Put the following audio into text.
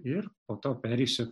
ir po to pereisiu